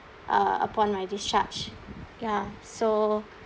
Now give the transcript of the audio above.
uh upon my discharge ya so